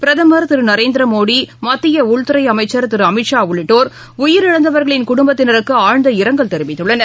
பிரதமர் திருநரேந்திரமோடி மத்தியஉள்துறைஅமைச்சர் திருஅமித் ஷா உள்ளிட்டோர் உயிரிழந்தவர்களின் குடும்பத்தினருக்குஆழ்ந்த இரங்கல் தெரிவித்துள்ளனர்